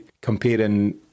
comparing